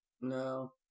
no